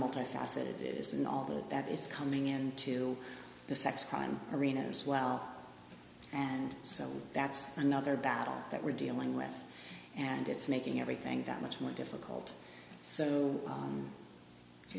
multifaceted isn't all that that is coming into the sex crime arena as well and so that's another battle that we're dealing with and it's making everything that much more difficult so